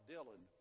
Dylan